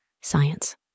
science